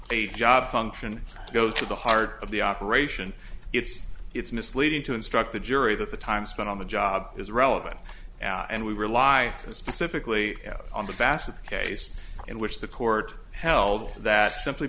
a job function goes to the heart of the operation it's it's misleading to instruct the jury that the time spent on the job is relevant and we rely specifically on the basket case in which the court held that simply